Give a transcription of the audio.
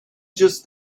just